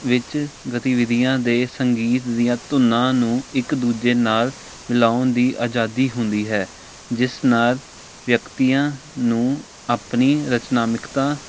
ਵਿੱਚ ਗਤੀਵਿਧੀਆਂ ਦੇ ਸੰਗੀਤ ਦੀਆਂ ਧੁੰਨਾਂ ਨੂੰ ਇੱਕ ਦੂਜੇ ਨਾਲ ਮਿਲਾਉਣ ਦੀ ਆਜ਼ਾਦੀ ਹੁੰਦੀ ਹੈ ਜਿਸ ਨਾਲ ਵਿਅਕਤੀਆਂ ਨੂੰ ਆਪਣੀ ਰਚਨਾਮਿਕਤਾ